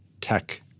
tech